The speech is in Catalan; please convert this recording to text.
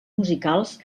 musicals